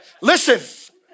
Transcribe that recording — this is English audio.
listen